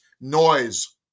noise